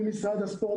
נגד משרד הספורט,